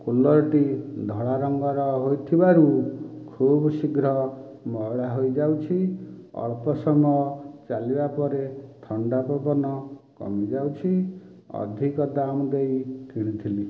କୁଲରଟି ଧଳା ରଙ୍ଗର ହୋଇଥିବାରୁ ଖୁବ ଶୀଘ୍ର ମଇଳା ହୋଇଯାଉଛି ଅଳ୍ପ ସମୟ ଚାଲିବା ପରେ ଥଣ୍ଡା ପବନ କମି ଯାଉଛି ଅଧିକ ଦାମ୍ ଦେଇ କିଣିଥିଲି